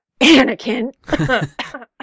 Anakin